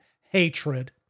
hatred